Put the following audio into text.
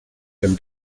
dem